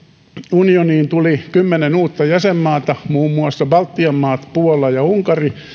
unioniin tuli kymmenen uutta jäsenmaata muun muassa baltian maat puola ja unkari